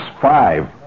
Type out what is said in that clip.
five